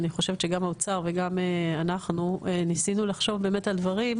אני חושבת שגם האוצר וגם אנחנו ניסינו לחשוב באמת על דברים,